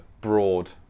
broad